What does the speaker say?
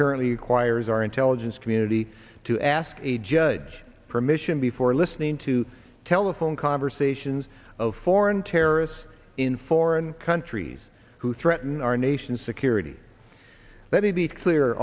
currently requires our intelligence community to ask a judge permission before listening to telephone conversations of foreign terrorists in foreign countries who threaten our nation's security let me be clear